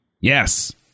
Yes